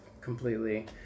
completely